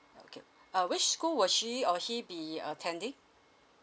okay uh which school will she or he be attending